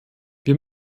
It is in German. wir